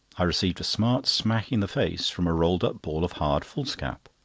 i received a smart smack in the face from a rolled-up ball of hard foolscap.